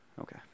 Okay